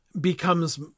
Becomes